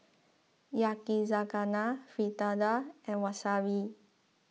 Yakizakana Fritada and Wasabi